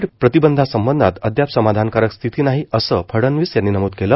Covid प्रतिबंधासंबंधात अद्याप समाधानकारक स्थिती नाही असं फडणवीस यांनी नमूद केलं